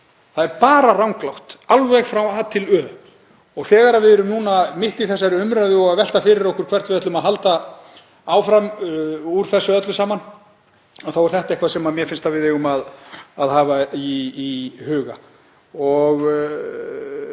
Það er bara ranglátt, alveg frá A til Ö. Þegar við erum núna mitt í þessari umræðu að velta fyrir okkur hvert við ætlum að halda áfram úr þessu öllu saman þá er þetta eitthvað sem mér finnst að við eigum að hafa í huga.